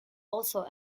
also